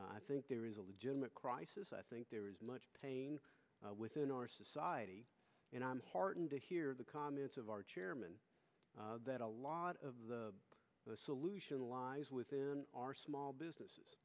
i think there is a legitimate crisis i think there is much pain within our society and i'm heartened to hear the comments of our chairman that a lot of the solution lies within our small businesses